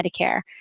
Medicare